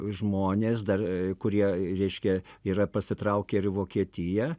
žmonės dar kurie reiškia yra pasitraukę ir į vokietiją